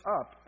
up